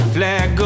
flag